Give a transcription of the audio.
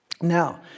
now